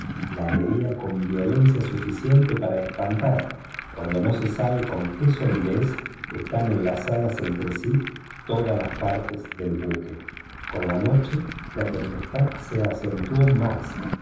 la hería con violencia suficiente para espantar cuando no se sabe con qué solidez están enlazadas entre sí todas las partes de un buque con la noche la tempestad se acentuó más